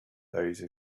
those